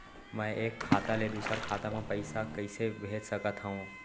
मैं एक खाता ले दूसर खाता मा पइसा कइसे भेज सकत हओं?